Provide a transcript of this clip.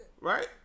Right